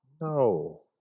No